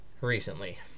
recently